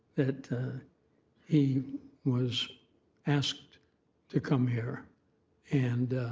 that he was asked to come here and